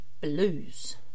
Blues